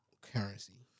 currency